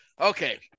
Okay